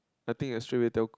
I think I straight away tell